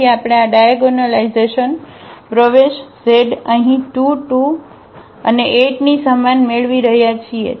તેથી આપણે આ ડાયાગોનલાઇઝેશન પ્રવેશઝ અહીં 2 2 અને 8 ની સમાન મેળવી રહ્યા છીએ